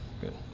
Good